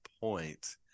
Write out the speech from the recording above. point